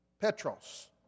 Petros